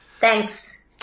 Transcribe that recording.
Thanks